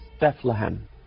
Bethlehem